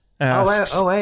asks